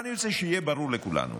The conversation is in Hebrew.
עכשיו אני רוצה שיהיה ברור לכולנו: